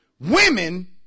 women